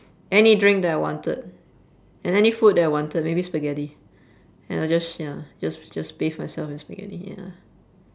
any drink that I wanted and any food that I wanted maybe spaghetti ya I just sh~ ya just just bathe myself with spaghetti ya